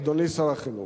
אדוני שר החינוך.